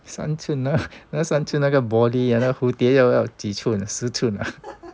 三寸三寸那个 body 那蝴蝶要几寸十寸啊